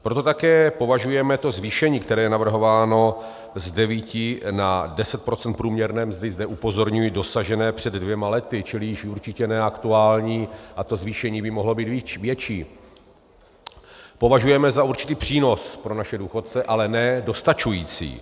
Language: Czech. Proto také považujeme to zvýšení, které je navrhováno z devíti na deset procent průměrné mzdy zde upozorňuji: dosažené před dvěma lety, čili již určitě ne aktuální, a to zvýšení by mohlo být větší považujeme za určitý přínos pro naše důchodce, ale ne dostačující.